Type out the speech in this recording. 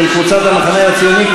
של קבוצת המחנה הציוני,